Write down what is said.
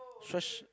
shush